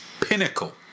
pinnacle